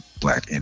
black